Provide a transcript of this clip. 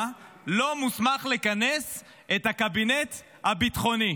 לא מוסמך לכנס את הקבינט הביטחוני.